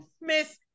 miss